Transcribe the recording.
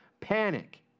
panic